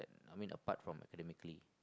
I mean apart from academically